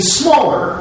smaller